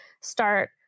start